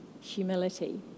humility